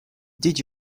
did